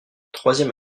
troisième